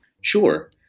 Sure